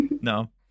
No